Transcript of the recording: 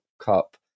Cup